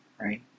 right